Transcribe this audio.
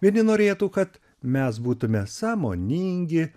vieni norėtų kad mes būtume sąmoningi